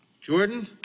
Jordan